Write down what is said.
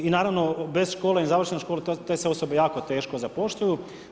I naravno bez škole i završene škole te se osobe jako teško zapošljavaju.